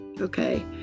okay